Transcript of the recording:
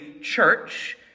church